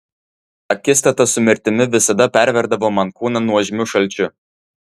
akistata su mirtimi visada perverdavo man kūną nuožmiu šalčiu